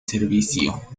servicio